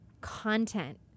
content